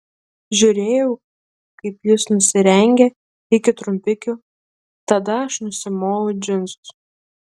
žiūrėjau kaip jis nusirengia iki trumpikių tada aš nusimoviau džinsus